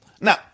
Now